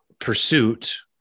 pursuit